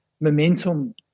momentum